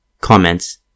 Comments